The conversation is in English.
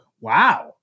wow